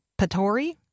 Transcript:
Patori